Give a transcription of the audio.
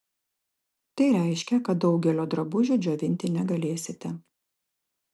tai reiškia kad daugelio drabužių džiovinti negalėsite